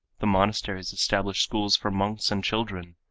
the monasteries established schools for monks and children.